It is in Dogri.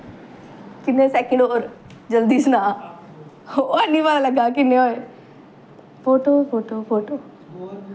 किन्ने सकैंट होर जल्दी सना हैनी पता लग्गा दा किन्ने होए फोटो फोटो फोटो